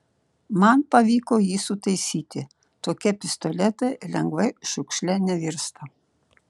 man pavyko jį sutaisyti tokie pistoletai lengvai šiukšle nevirsta